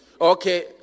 Okay